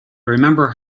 remember